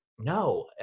No